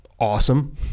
awesome